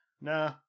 Nah